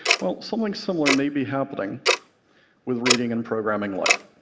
well, something similar may be happening with reading and programming life.